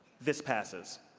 this passes.